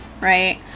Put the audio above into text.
right